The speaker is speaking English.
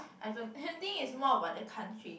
I don't I think it's more about the country